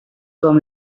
com